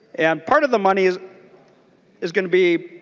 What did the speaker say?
and part of the money is is going to be